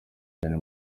cyane